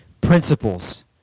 principles